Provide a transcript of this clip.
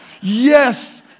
Yes